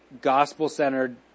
gospel-centered